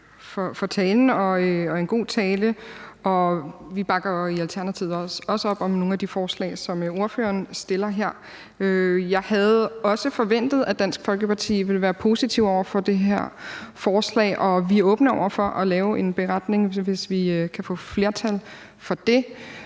for talen. Det var en god tale, og vi bakker i Alternativet også op om nogle af de forslag, som ordføreren stiller her. Jeg havde også forventet, at Dansk Folkeparti ville være positive over for det her forslag, og vi er åbne over for at lave en beretning, hvis vi kan få flertal for det.